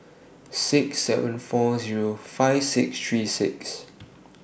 six seven four Zero five six three six